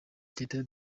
teta